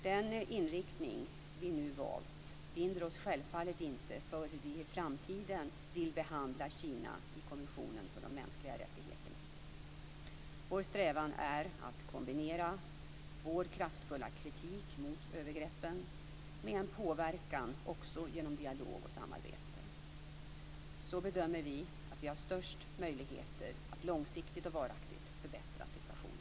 Den inriktning vi nu valt binder oss självfallet inte för hur vi i framtiden vill behandla Vår strävan är att kombinera vår kraftfulla kritik mot övergreppen med påverkan också genom dialog och samarbete. Så bedömer vi att vi har störst möjligheter att långsiktigt och varaktigt förbättra situationen.